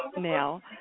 now